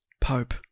pope